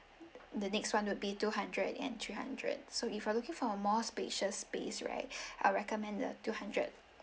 the next [one] would be two hundred and three hundred so if you are looking for a more spacious space right I recommend the two hundred